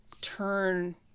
turn